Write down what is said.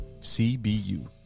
CBU